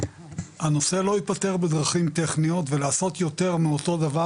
הנושא לא ייפתר בדרכים טכניות ולעשות יותר מאותו דבר,